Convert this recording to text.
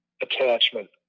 attachment